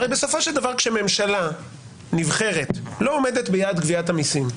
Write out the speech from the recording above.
הרי בסופו של דבר כשממשלה נבחרת לא עומדת ביעד גביית המיסים,